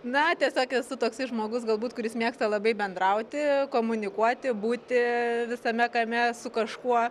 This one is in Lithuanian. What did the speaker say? na tiesiog esu toksai žmogus galbūt kuris mėgsta labai bendrauti komunikuoti būti visame kame su kažkuo